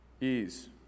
ease